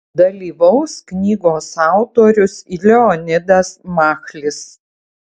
dalyvaus knygos autorius leonidas machlis